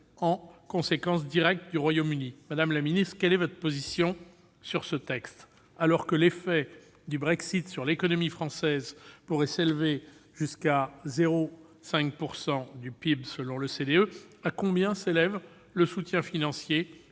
en conséquence directe de la sortie du Royaume-Uni. Madame la secrétaire d'État, quelle est votre position sur ce texte ? Alors que l'effet du Brexit sur l'économie française pourrait s'élever jusqu'à 0,5 % du PIB, selon l'OCDE, à combien s'élève le soutien financier